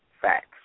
Facts